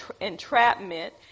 entrapment